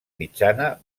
mitjana